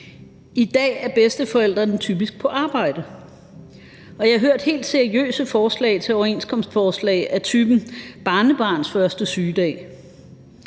I dag er bedsteforældrene typisk på arbejde, og jeg har hørt helt seriøse overenskomstforslag af typen: barnebarns første sygedag.